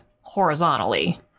horizontally